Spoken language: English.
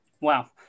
Wow